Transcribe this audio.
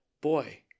Boy